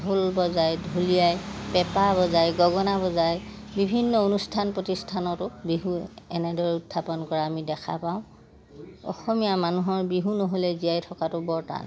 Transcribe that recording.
ঢোল বজাই ঢুলীয়াই পেঁপা বজায় গগনা বজায় বিভিন্ন অনুষ্ঠান প্ৰতিষ্ঠানতো বিহু এনেদৰে উত্থাপন কৰা আমি দেখা পাওঁ অসমীয়া মানুহৰ বিহু নহ'লে জীয়াই থকাটো বৰ টান